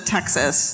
Texas